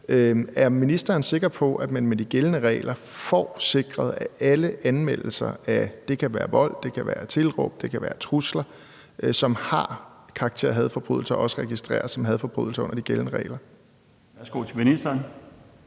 Er ministeren sikker på, at man med de gældende regler får sikret, at alle anmeldelser af, det kan være vold, det kan være tilråb, det kan være trusler, som har karakter af hadforbrydelser, også registreres som hadforbrydelser under de gældende regler?